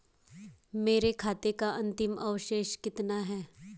मेरे खाते का अंतिम अवशेष कितना है?